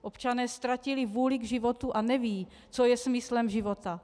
Občané ztratili vůli k životu a nevědí, co je smyslem života.